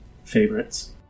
favorites